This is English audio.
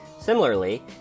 Similarly